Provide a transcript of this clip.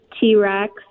T-Rex